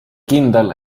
kindel